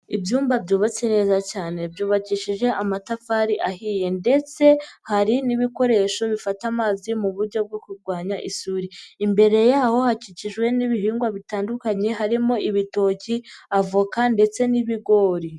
Ibyumba byubatse neza cyane byubakishije amatafari ahiye ndetse hari n'ibikoresho bifata amazi mu buryo bwo kurwanya isuri, imbere y'aho hakikijwe n'ibihingwa bitandukanye harimo ibitoki, avoka ndetse n'ibigori.